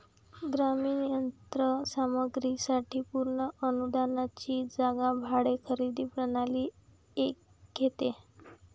ग्रामीण यंत्र सामग्री साठी पूर्ण अनुदानाची जागा भाडे खरेदी प्रणाली घेते